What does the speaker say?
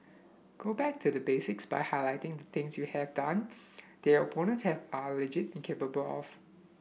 go back to the basics by highlighting the things you have done that your opponents have are alleged incapable of